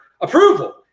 approval